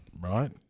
Right